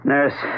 Nurse